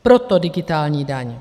Proto digitální daň.